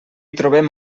trobem